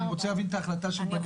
אני רוצה להבין את ההחלטה של בג"ץ.